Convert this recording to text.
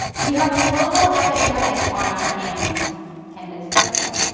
we have a global epidemic on our hands and it's airborne.